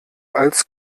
als